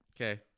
okay